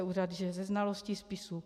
Úřad žije ze znalosti spisu.